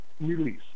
release